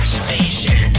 station